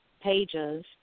pages